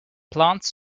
plants